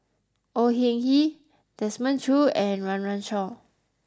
Au Hing Yee Desmond Choo and Run Run Shaw